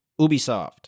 Ubisoft